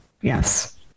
Yes